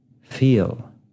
feel